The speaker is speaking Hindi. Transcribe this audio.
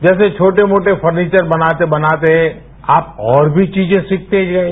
जैसे छोटे मोटे फर्नीचर बनाते बनाते आप और भी चीजे सीखते जाएं